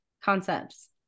concepts